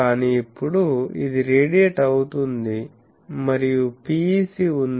కానీ ఇప్పుడు ఇది రేడియేట్ అవుతుంది మరియు PEC ఉంది